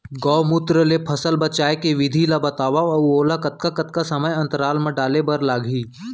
गौमूत्र ले फसल बचाए के विधि ला बतावव अऊ ओला कतका कतका समय अंतराल मा डाले बर लागही?